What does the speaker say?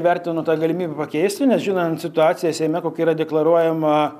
vertinu tą galimybę pakeisti nes žinant situaciją seime kokia yra deklaruojama